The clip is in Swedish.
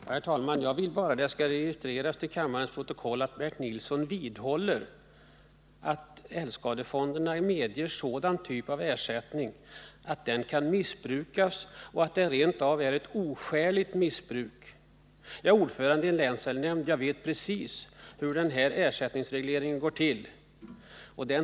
Herr talman! Jag vill bara att det skall registreras till kammarens protokoll att Bernt Nilsson vidhåller att älgskadefonderna medger sådan typ av ersättning som kan missbrukas och att det rent av är fråga om oskäligt missbruk. Jag är ordförande i en länsälgnämnd, och jag vet precis hur den här ersättningsregleringen går till.